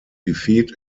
defeat